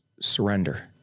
surrender